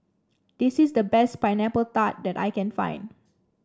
this is the best Pineapple Tart that I can find